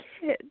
kids